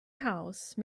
house